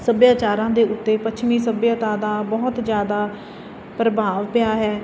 ਸੱਭਿਆਚਾਰਾਂ ਦੇ ਉੱਤੇ ਪੱਛਮੀ ਸੱਭਿਅਤਾ ਦਾ ਬਹੁਤ ਜਿਆਦਾ ਪ੍ਰਭਾਵ ਪਿਆ ਹੈ